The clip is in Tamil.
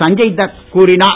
சஞ்சய்தத் கூறினார்